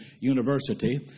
university